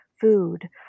food